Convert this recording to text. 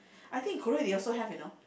I think Korea they also have you know